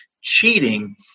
cheating